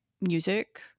music